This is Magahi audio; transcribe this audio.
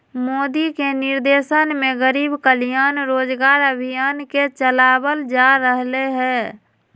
मोदी के निर्देशन में गरीब कल्याण रोजगार अभियान के चलावल जा रहले है